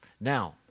Now